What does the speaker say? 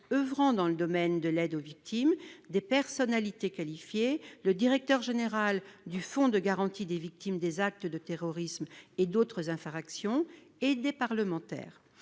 oeuvrant dans le domaine de l'aide aux victimes, des personnalités qualifiées et le directeur général du Fonds de garantie des victimes des actes de terrorisme et d'autres infractions, ainsi que des parlementaires.